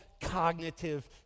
cognitive